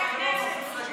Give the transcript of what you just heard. אותו.